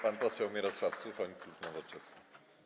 Pan poseł Mirosław Suchoń, klub Nowoczesna.